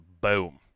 boom